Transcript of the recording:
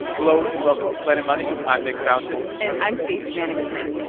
hello, and welcome to planet money. i'm nick fountain and i'm stacey vanek smith.